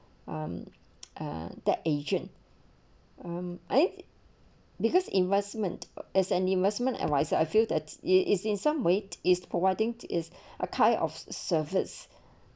um uh that asian um eh I because investment is an investment adviser I feel that it is in some weight is providing is a kind of surface